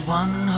one